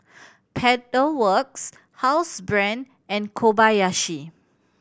Pedal Works Housebrand and Kobayashi